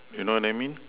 you know what I mean